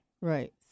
Right